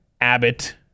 Abbott